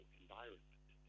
environment